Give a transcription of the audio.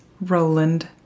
Roland